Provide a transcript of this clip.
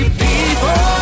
people